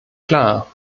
klar